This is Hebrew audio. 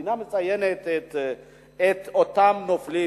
המדינה מציינת את אותם נופלים,